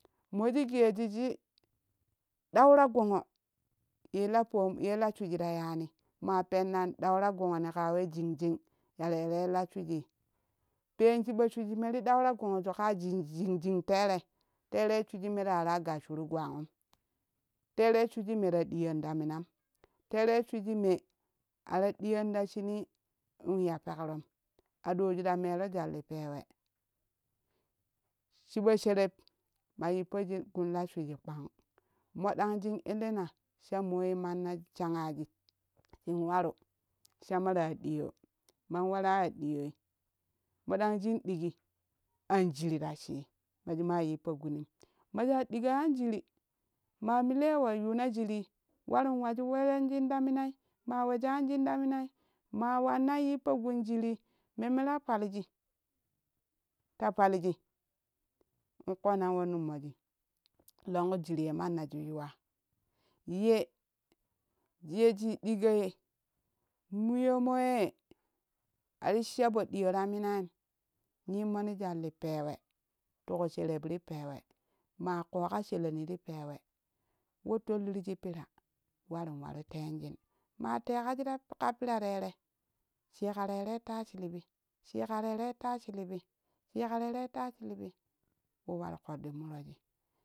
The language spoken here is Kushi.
Moji geeji shi ɗau ta gongo ye la shwiji ta yanim ma penna ɗau ta gongoni ka we jingjing ya tere la shwiji peen shi ɓa shwiji me te dau ta gongoju kaa jingjing tere, terei shwiji ye ta waraa gasshuru gwangum tere shwiji me tadiyoni ta mina tere shwiji me a ta ɗiyoni ti shunii in ya pegron adoju ta meero jwal ti pewe shiɓo sheneb ma yippo guu la shwiji kpang modang shin illina sha mooi manaji shangaji in waru sha ma ta ya diyoo man waraa ya ɗiyooi moɗang shin ɗiki anjiri ta shii ma shi ma yippo gunim majaa diƙo anjiri ma milee wa yuuna jirii waru ware weejenjin la minai maa wesshaanjin ta minai ma nannai yippo gun jirii memme ta palji ta palji in koona wa numoji longkvi jiri ye mannaji yuwaa ye ye shi ɗikoi mayo mo ye a ti sha po ɗiyo ta minaim nyimononi jwal ti pewe ti ku sheseh ti pewe ma ƙoƙa shereb mi ti pewe wa tollirji pira waru wari teenjin ma teekaji ka pira tere shi yiƙa terei taa shilibi, shi yiƙa tere taa shilibi shi yiƙa tere taa shilibi we war koɗɗi merei.